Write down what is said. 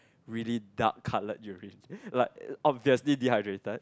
really dark colour urine like obviously dehydrated